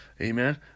Amen